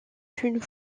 une